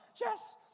yes